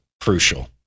Crucial